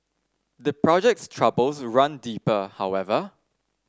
the project's troubles run deeper however